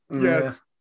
Yes